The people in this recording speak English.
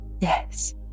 Yes